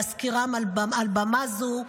-- להזכירם מעל במה זו.